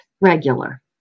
regular